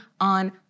on